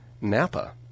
Napa